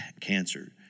cancer